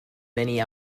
many